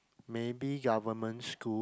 maybe government school